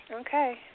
okay